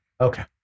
Okay